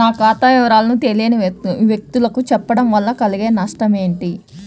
నా ఖాతా వివరాలను తెలియని వ్యక్తులకు చెప్పడం వల్ల కలిగే నష్టమేంటి?